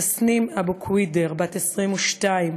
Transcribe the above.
תסנים אבו קווידר, בת 22,